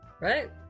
Right